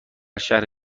شهر